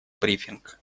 брифинг